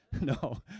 No